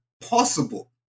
possible